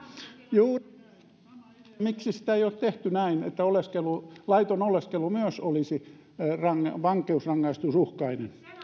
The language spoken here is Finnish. juuri näin se on sama idea miksi sitä ei ole tehty näin että myös laiton oleskelu olisi vankeusrangaistusuhkainen